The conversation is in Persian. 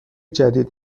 جدید